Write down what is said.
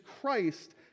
Christ